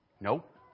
Nope